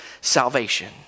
salvation